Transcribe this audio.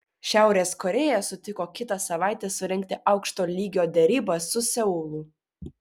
šiaurės korėja sutiko kitą savaitę surengti aukšto lygio derybas su seulu